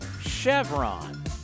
Chevron